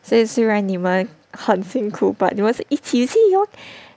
so 所以虽然你们很辛苦 but 你是一起